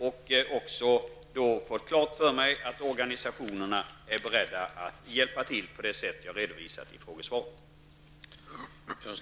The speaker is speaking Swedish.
Därvid har jag fått klart för mig att organisationerna är beredda att hjälpa till på det sätt som jag har redovisat i svaret.